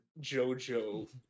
Jojo